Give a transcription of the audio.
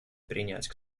принять